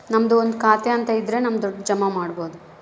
ನಮ್ದು ಒಂದು ಖಾತೆ ಅಂತ ಇದ್ರ ನಮ್ ದುಡ್ಡು ಜಮ ಮಾಡ್ಬೋದು